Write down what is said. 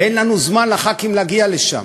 ואין לנו זמן, לח"כים, להגיע לשם.